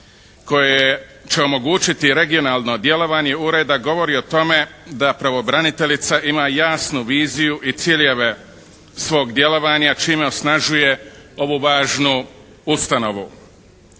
koje će omogućiti regionalno djelovanje Ureda govori o tome da pravobraniteljica ima jasnu viziju i ciljeve svog djelovanja čime osnažuje ovu važnu ustanovu.